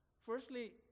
Firstly